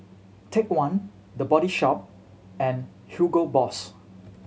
Take One The Body Shop and Hugo Boss